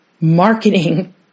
marketing